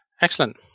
Excellent